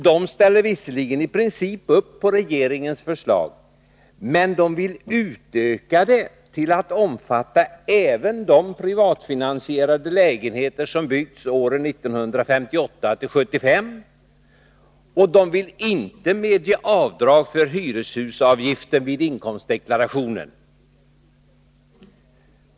De ställer visserligeni princip upp på regeringens förslag, men de vill utöka det till att omfatta även de privatfinansierade lägenheter som byggts åren 1958-1974, och de vill inte medge avdrag för hyreshusavgiften vid inkomstdeklarationen.